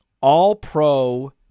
All-Pro